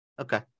Okay